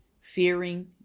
Fearing